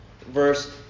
verse